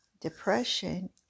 depression